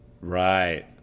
Right